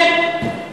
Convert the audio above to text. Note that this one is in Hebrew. אין,